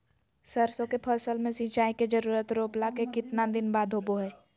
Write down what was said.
सरसों के फसल में सिंचाई के जरूरत रोपला के कितना दिन बाद होबो हय?